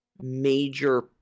major